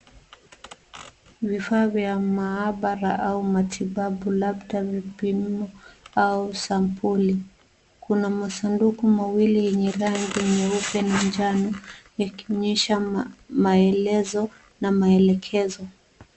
Vifaa vya maabara au matibabu labda vipimo au sampuli . Kuna masanduku mawili yenye rangi nyeupe na njano ikionyesha maelezo na maelekezo.